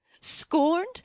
scorned